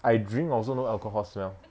I drink also no alcohol smell